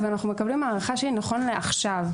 ואנחנו מקבלים הערכה שהיא נכון לעכשיו.